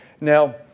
Now